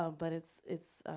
um but it's, it's,